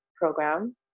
program